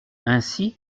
ainsi